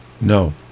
No